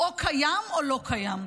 הוא או קיים או לא קיים.